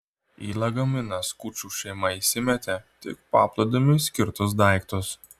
į lagaminą skučų šeimą įsimetė tik paplūdimiui skirtus daiktus